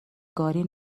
گاری